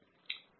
ಇದು ಕೇವಲ ಗಾಜು